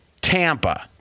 Tampa